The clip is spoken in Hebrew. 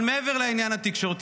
אבל מעבר לעניין התקשורת,